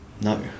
No